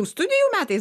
studijų metais